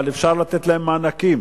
אבל אפשר לתת להם מענקים.